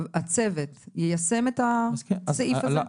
הצוות יישם את הסעיף הזה?